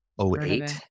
08